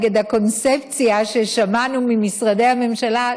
נגד הקונספציה ששמענו ממשרדי הממשלה,